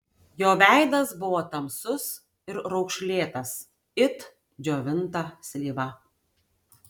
jo veidas buvo tamsus ir raukšlėtas it džiovinta slyva